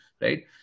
right